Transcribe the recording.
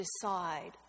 decide